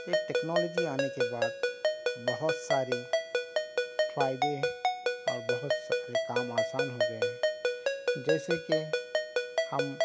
ایک ٹیکنالوجی آنے کے بعد بہت سارے فائدے اور بہت سارے کام آسان ہو گئے ہیں جیسے کہ ہم